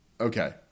Okay